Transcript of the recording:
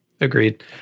Agreed